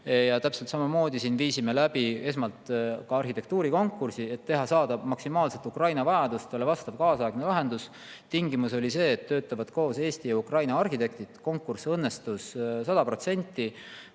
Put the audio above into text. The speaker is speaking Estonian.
Ja täpselt samamoodi viisime esmalt läbi arhitektuurikonkursi, et saada maksimaalselt Ukraina vajadustele vastav kaasaegne lahendus. Tingimus oli see, et töötavad koos Eesti ja Ukraina arhitektid. Konkurss õnnestus sada